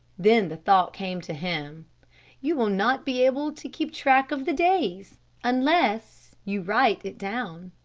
then the thought came to him you will not be able to keep track of the days unless you write it down.